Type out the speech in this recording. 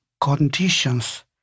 conditions